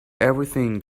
everything